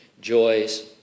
joys